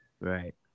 Right